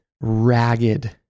ragged